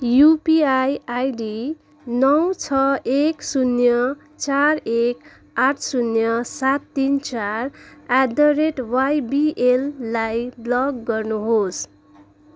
UPI ID नौ छ एक शून्य चार एक आठ शून्य सात तिन चार एट द रेट वाइबिएललाई ब्लक गर्नुहोस्